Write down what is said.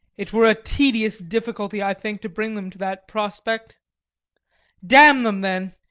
it were a tedious difficulty, i think, to bring them to that prospect damn them then,